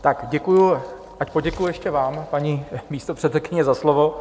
Tak děkuji, tak poděkuji ještě vám, paní místopředsedkyně, za slovo.